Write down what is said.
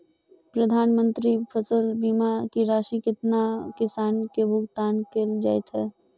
प्रधानमंत्री फसल बीमा की राशि केतना किसान केँ भुगतान केल जाइत है?